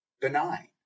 benign